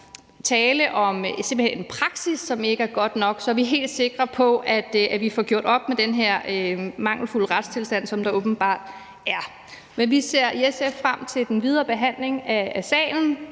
som simpelt hen ikke er god nok, er helt sikre på, at vi får gjort op med den her mangelfulde retstilstand, som der åbenbart er. Men vi ser i SF frem til den videre behandling af sagen,